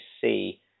see